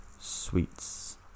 Sweets